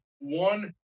One